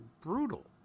brutal